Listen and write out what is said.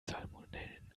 salmonellen